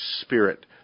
spirit